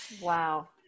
Wow